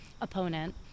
Opponent